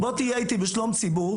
בוא תהיה איתי בשלום ציבור.